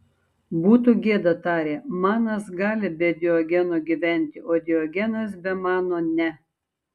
būtų gėda tarė manas gali be diogeno gyventi o diogenas be mano ne